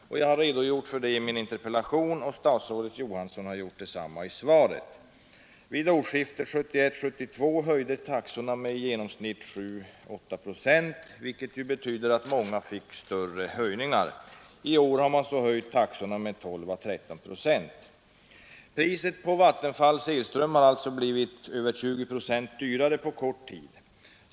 Jag har redogjort för detta i min interpellation och statsrådet Johansson har gjort detsamma i svaret. Vid årsskiftet 1971—1972 höjdes taxorna med i genomsnitt 7 å 8 procent, vilket betydde att många fick större höjningar. I år har man höjt taxorna med 12 å 13 procent. Priset på Vattenfalls elström har alltså blivit 20 procent dyrare på kort tid.